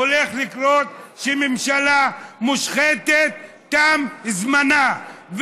הולך לקרות שממשלה מושחתת, תם זמנה.